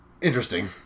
interesting